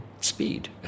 speed